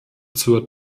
zur